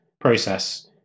process